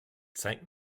zeig